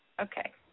Okay